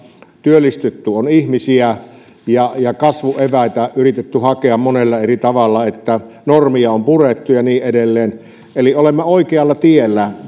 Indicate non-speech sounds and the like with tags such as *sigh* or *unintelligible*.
työllistetty on ihmisiä ja ja kasvun eväitä on yritetty hakea monella eri tavalla normeja on purettu ja niin edelleen eli olemme oikealla tiellä *unintelligible*